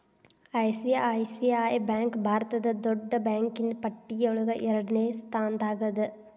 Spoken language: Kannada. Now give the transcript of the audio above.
ಐ.ಸಿ.ಐ.ಸಿ.ಐ ಬ್ಯಾಂಕ್ ಭಾರತದ್ ದೊಡ್ಡ್ ಬ್ಯಾಂಕಿನ್ನ್ ಪಟ್ಟಿಯೊಳಗ ಎರಡ್ನೆ ಸ್ಥಾನ್ದಾಗದ